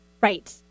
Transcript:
Right